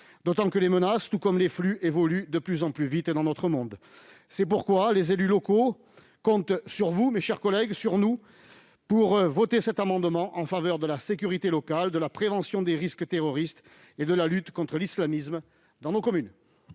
d'autant que les menaces, tout comme les flux, évoluent de plus en plus vite dans notre monde. C'est pourquoi, mes chers collègues, les élus locaux comptent sur nous pour voter cet amendement en faveur de la sécurité locale, de la prévention des risques terroristes et de la lutte contre l'islamisme dans nos communes.